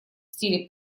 стиле